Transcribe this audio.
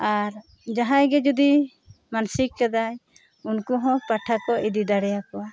ᱡᱟᱦᱟᱸᱭ ᱜᱮ ᱡᱩᱫᱤ ᱢᱟᱱᱥᱤᱠ ᱠᱟᱫᱟᱭ ᱩᱱᱠᱩ ᱦᱚᱸ ᱯᱟᱸᱴᱷᱟ ᱠᱚ ᱤᱫᱤ ᱫᱟᱲᱮ ᱟᱠᱚᱣᱟ